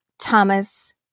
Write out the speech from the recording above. Thomas